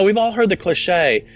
um all heard the cliche,